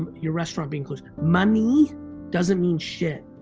um your restaurant being closed, money doesn't mean shit,